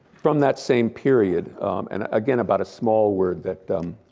from that same period and again about a small word that